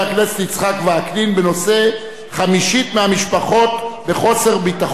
וקנין בנושא: חמישית מהמשפחות בישראל בחוסר ביטחון תזונתי.